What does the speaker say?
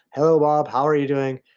hello, bob. how are you doing?